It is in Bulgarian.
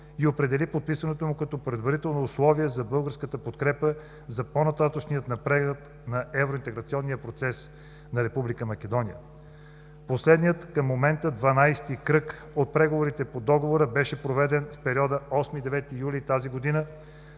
и определи подписването му като предварително условие за българската подкрепа за по-нататъшния напредък на евроинтеграционния процес на Република Македония. Последният към момента дванадесети кръг от преговорите по Договора беше проведен в периода 8 – 9 юли тази година,